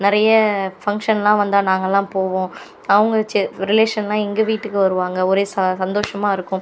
நிறையா ஃபங்க்ஷன்லாம் வந்தால் நாங்கள்லாம் போவோம் அவங்க சே ரிலேஷன்லாம் எங்கள் வீட்டுக்கு வருவாங்க ஒரே ச சந்தோஷமாக இருக்கும்